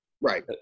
Right